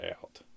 out